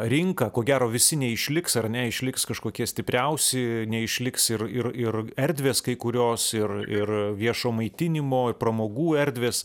rinką ko gero visi neišliks ar ne išliks kažkokie stipriausi neišliks ir ir ir erdvės kai kurios ir ir viešo maitinimo pramogų erdvės